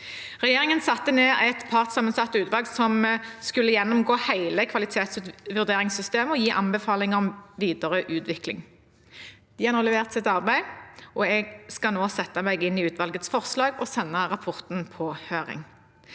Regjeringen satte ned et partssammensatt utvalg som skulle gjennomgå hele kvalitetsvurderingssystemet og gi anbefaling om videre utvikling. De har nå levert sitt arbeid, og jeg skal nå sette meg inn i utvalgets forslag og sende rapporten på høring.